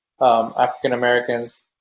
African-Americans